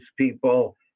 people